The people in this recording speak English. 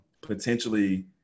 potentially